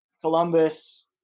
Columbus